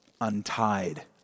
untied